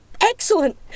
Excellent